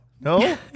No